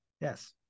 Yes